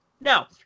Now